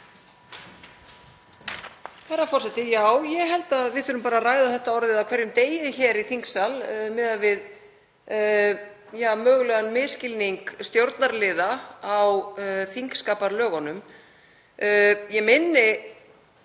Herra forseti. Já, ég held að við þurfum bara að ræða þetta orðið á hverjum degi hér í þingsal miðað við mögulegan misskilning stjórnarliða á þingskapalögunum. Ég minni